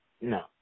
No